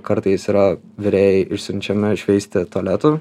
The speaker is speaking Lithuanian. kartais yra virėjai išsiunčiami šveisti tualetų